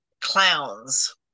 clowns